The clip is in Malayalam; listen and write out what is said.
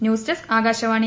news desk Akashvani